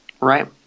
Right